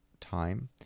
time